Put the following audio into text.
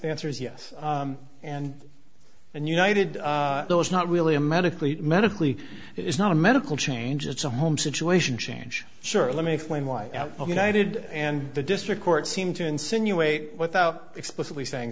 answer is yes and and united though it's not really a medically medically it's not a medical change it's a home situation change sure let me explain why united and the district court seem to insinuate without explicitly saying